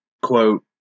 quote